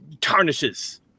tarnishes